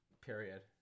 Period